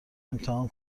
امتحان